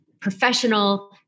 professional